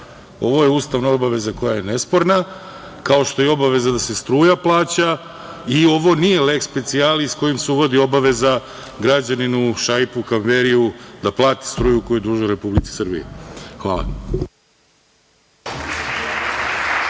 je ustavna obaveza koja je nesporna, kao što je i obaveza da se struja plaća i ovo nije leks specijalis kojim se uvodi obaveza građaninu Šaipu Kamberiju da plati struju koju duguje Republici Srbiji. Hvala